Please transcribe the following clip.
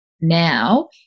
now